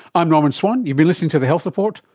i'm norman swan, you've been listening to the health report,